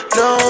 no